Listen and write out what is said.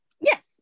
Yes